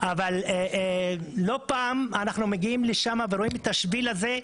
פעם אנחנו מגיעים לשם ורואים שהשביל הזה,